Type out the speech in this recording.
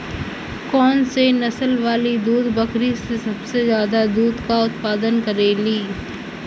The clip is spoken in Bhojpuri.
कौन से नसल वाली बकरी सबसे ज्यादा दूध क उतपादन करेली?